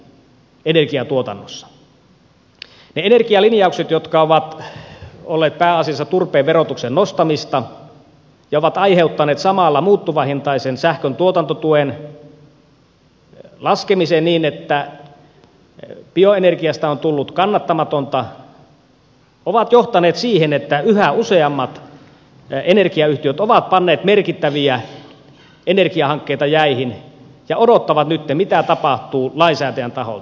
ne energialinjaukset jotka ovat olleet pääasiassa turpeen verotuksen nostamista ja ovat aiheuttaneet samalla muuttuvahintaisen sähkön tuotantotuen laskemisen niin että bioenergiasta on tullut kannattamatonta ovat johtaneet siihen että yhä useammat energiayhtiöt ovat panneet merkittäviä energiahankkeita jäihin ja odottavat nyt mitä tapahtuu lainsäätäjän taholta